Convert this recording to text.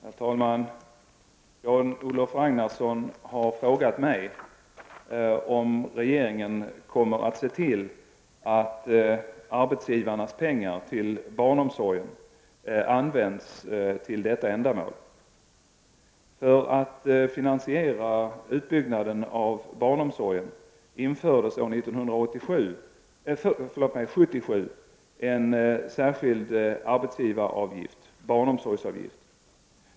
Herr talman! Jan-Olof Ragnarsson har frågat mig om regeringen kommer att se till att arbetsgivarnas pengar till barnomsorgen används till detta ändamål. För att finansiera utbyggnaden av barnomsorgen infördes år 1977 en särskild arbetsgivaravgift-barnomsorgsavgift.